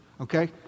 Okay